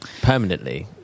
permanently